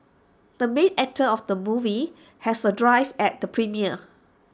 the main actor of the movie has A drive at the premiere